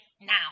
now